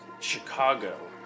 Chicago